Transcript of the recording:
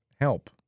help